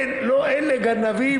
אלה גנבים,